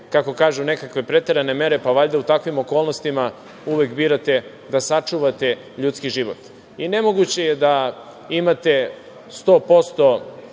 kako kažu, nekakve preterane mere, pa, valjda, u takvim okolnostima uvek birate da sačuvate ljudski život. Nemoguće je da imate 100%,